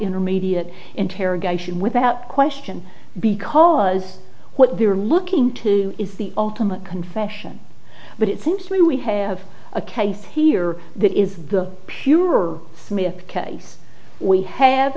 intermediate interrogation without question because what they're looking to is the ultimate confession but it seems to me we have a case here that is the pure smith case we have